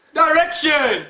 direction